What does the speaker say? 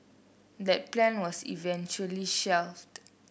that plan was eventually shelved